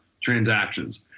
transactions